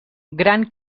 gran